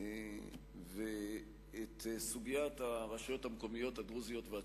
את סוגיית הרשויות המקומיות הדרוזיות והצ'רקסיות.